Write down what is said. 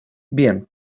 bien